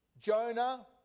Jonah